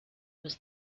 was